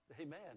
amen